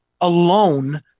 alone